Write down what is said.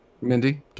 Mindy